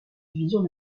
divisions